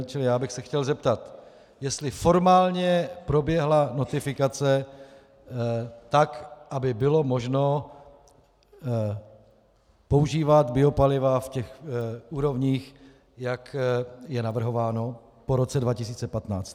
Čili bych se chtěl zeptat, jestli formálně proběhla notifikace tak, aby bylo možno používat biopaliva v těch úrovních, jak je navrhováno po roce 2015.